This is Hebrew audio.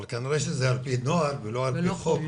אבל כנראה שזה על פי נוהל ולא על פי חוק,